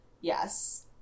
Yes